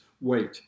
weight